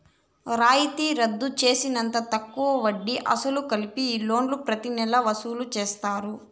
రాయితీ రద్దు తీసేసినంత తక్కువ వడ్డీ, అసలు కలిపి ఈ లోన్లు ప్రతి నెలా వసూలు చేస్తారు